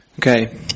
Okay